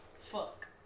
Fuck